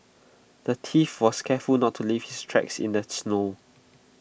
the thief was careful not to leave his tracks in the snow